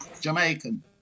Jamaican